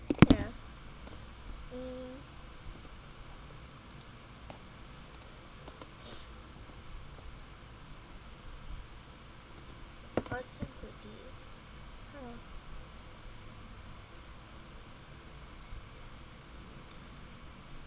ya mm wasn't ready hello